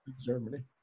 Germany